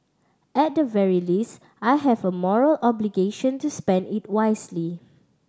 at the very least I have a moral obligation to spend it wisely